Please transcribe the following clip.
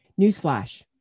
Newsflash